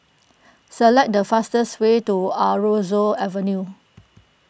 select the fastest way to Aroozoo Avenue